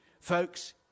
Folks